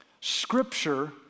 Scripture